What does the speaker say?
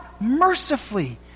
mercifully